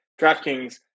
DraftKings